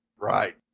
Right